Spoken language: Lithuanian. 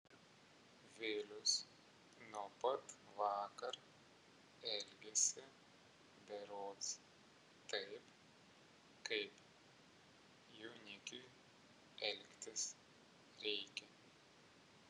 vilius nuo pat vakar elgiasi berods taip kaip jaunikiui elgtis reikia